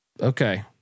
okay